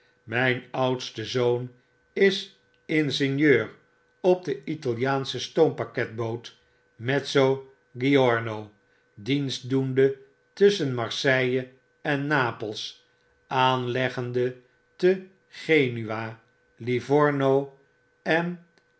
mfln oudste zoon is ingenieur op de italiaansche stoompakketboot mezzo giorno dienst doende tusschen marseilles en napels aanleggende te genua livorno en